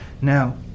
Now